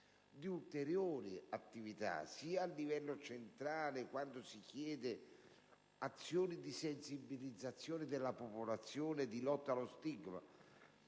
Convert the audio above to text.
di ulteriori attività, anzitutto a livello centrale, là dove si chiedono azioni di sensibilizzazione della popolazione e di lotta allo stigma,